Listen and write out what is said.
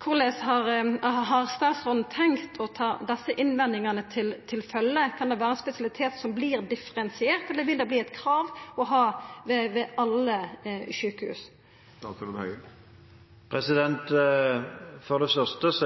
Korleis har statsråden tenkt å ta desse innvendingane til følgje? Kan det vera ein spesialitet som vert differensiert, eller vil det verta eit krav å ha dette ved alle sjukehus? For det første synes